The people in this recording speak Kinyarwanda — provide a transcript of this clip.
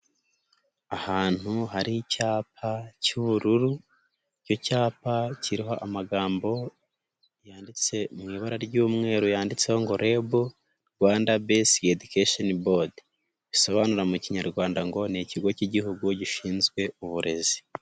Ahantu hari icyapa cy'ubururu, icyo cyapa kiriho amagambo yanditse mu ibara ry'umweru yanditseho ngo REB, "Rwanda Basic Education Board" bisobanura mu Kinyarwanda ngo ni ikigo k'Igihugu gishinzwe uburezi.